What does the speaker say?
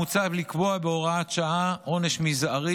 מוצע לקבוע בהוראת שעה עונש מזערי,